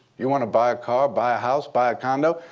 you want to buy a car, buy a house, buy a condo?